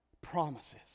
promises